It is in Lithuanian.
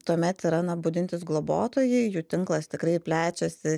tuomet yra na budintys globotojai jų tinklas tikrai plečiasi